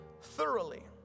thoroughly